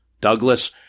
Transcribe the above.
Douglas